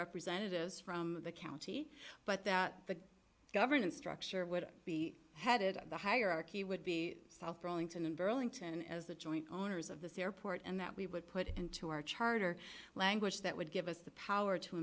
representatives from the county but that the governance structure would be headed the hierarchy would be self rolling to in burlington as the joint owners of the airport and that we would put into our charter language that would give us the power to